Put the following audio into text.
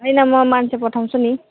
होइन म मान्छे पठाउँछु नि